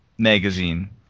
Magazine